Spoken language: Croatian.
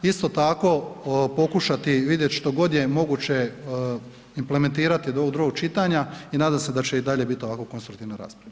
Isto tako, pokušati vidjeti što god je moguće implementirati do ovog drugog čitanja i nadam se da će i dalje biti ovako konstruktivna rasprava.